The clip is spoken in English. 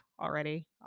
already